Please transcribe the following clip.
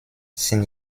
sind